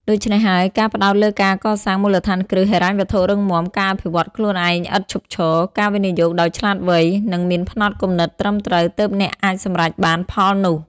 ដូច្នេះហើយ ការផ្តោតលើការកសាងមូលដ្ឋានគ្រឹះហិរញ្ញវត្ថុរឹងមាំ ការអភិវឌ្ឍខ្លួនឯងឥតឈប់ឈរ ការវិនិយោគដោយឆ្លាតវៃ និងមានផ្នត់គំនិតត្រឹមត្រូវ ទើបអ្នកអាចសម្រេចបានផលនោះ។